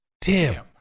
Tim